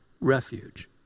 refuge